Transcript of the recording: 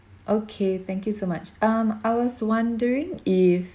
okay thank you so much um I was wondering if